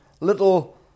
little